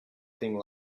thing